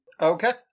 Okay